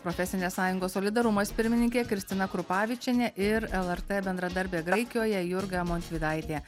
profesinės sąjungos solidarumas pirmininkė kristina krupavičienė ir lrt bendradarbė graikijoje jurga montvydaitė